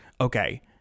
okay